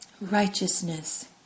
Righteousness